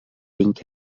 pink